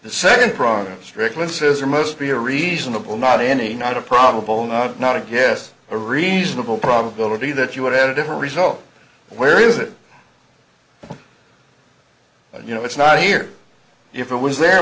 must be a reasonable not any not a probable not not a yes a reasonable probability that you would have a different result where is it you know it's not here if it was there